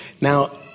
Now